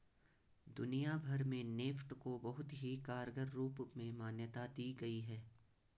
दुनिया भर में नेफ्ट को बहुत ही कारगर रूप में मान्यता दी गयी है